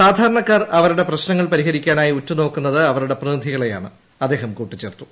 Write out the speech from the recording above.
സാധാരണക്കാർ അവരുടെ പ്രശ്നങ്ങൾ പരിഹരിക്കാനായി ഉറ്റുനോക്കുന്നത് അവരുടെ പ്രതിനിധികളെയാണ് അദ്ദേഹം കൂട്ടിച്ചേർത്തു